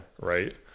right